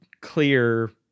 clear